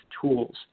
tools